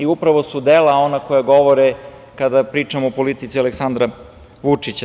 Upravo su dela ona koja govore kada pričamo o politici Aleksandra Vučića.